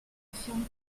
affirme